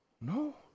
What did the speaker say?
No